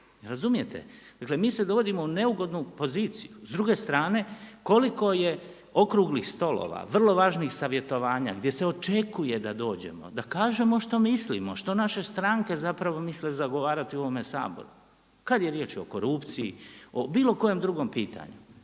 Razumijete? Dakle mi se dovodimo u neugodnu poziciju. S druge strane, koliko je okruglih stolova, vrlo važnih savjetovanja gdje se očekuje da dođemo, da kažemo što mislimo, što naše stranke zapravo misle zagovarati u ovome Saboru kada je riječ o korupciji, o bilo kojem drugom pitanju,